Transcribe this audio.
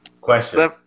Question